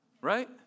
Right